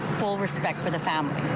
full respect for the family.